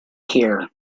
hear